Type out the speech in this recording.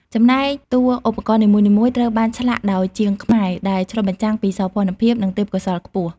ចំណែកតួឧបករណ៍នីមួយៗត្រូវបានឆ្លាក់ដោយជាងខ្មែរ ដែលឆ្លុះបញ្ចាំងពីសោភណភាព និងទេពកោសល្យខ្ពស់។